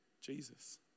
Jesus